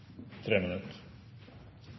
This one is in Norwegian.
tre